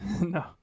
No